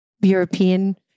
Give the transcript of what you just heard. European